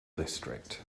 district